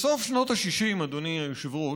בסוף שנות ה-60, אדוני היושב-ראש,